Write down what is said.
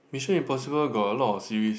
Mission Impossible got a lot of series